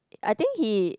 I think he